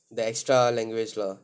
the extra language lah